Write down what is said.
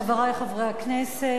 חברי חברי הכנסת,